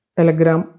Telegram